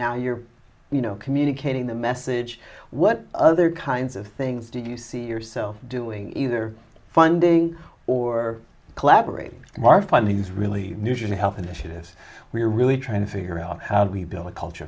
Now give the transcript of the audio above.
now you're you know communicating the message what other kinds of things do you see yourself doing either funding or collaborating are finding is really news and health initiatives we're really trying to figure out how do we build a culture